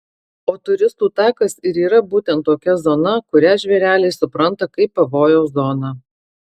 o turistų takas ir yra būtent tokia zona kurią žvėreliai supranta kaip pavojaus zoną